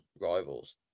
rivals